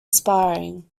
sparring